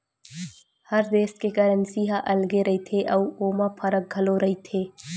हर देस के करेंसी ह अलगे रहिथे अउ ओमा फरक घलो रहिथे